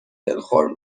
دلخور